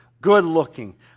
good-looking